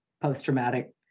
post-traumatic